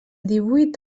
divuit